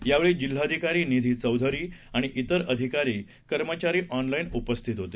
यावेळी जिल्हाधिकारी निधी चौधरी आणि इतर अधिकारी कर्मचारी ऑनलाईन उपस्थित होते